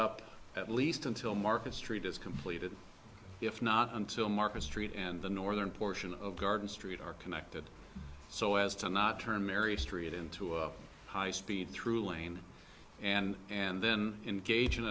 up at least until market street is completed if not until market street and the northern portion of garden street are connected so as to not turn mary street into a high speed through lane and and then engage in